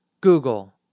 Google